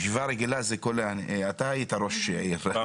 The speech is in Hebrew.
אנחנו יודעים שישיבה רגילה מתקיימת פעם